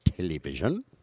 Television